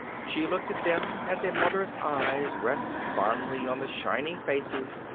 she looked at them as a mother's eyes rest fondly on the shining faces,